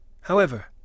However